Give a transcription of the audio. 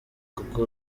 kuko